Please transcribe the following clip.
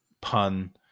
pun